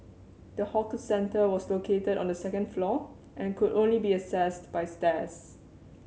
the hawker centre was located on the second floor and could only be accessed by stairs